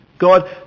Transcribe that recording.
God